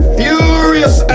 furious